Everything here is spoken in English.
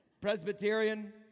Presbyterian